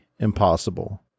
Impossible